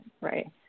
Right